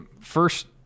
First